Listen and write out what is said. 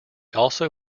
also